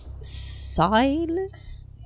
Silas